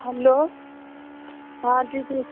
hello हाँ दीदी